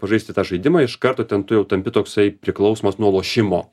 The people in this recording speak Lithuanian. pažaisti tą žaidimą iš karto ten tu jau tampi toksai priklausomas nuo lošimo